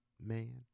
man